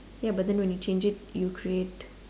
ya but then when you change it you create